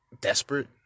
desperate